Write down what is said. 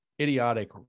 idiotic